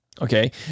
Okay